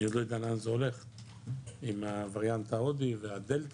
אני עוד לא יודע לאן זה הולך עם הווריאנט ההודי והדלתא,